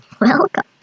Welcome